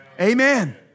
Amen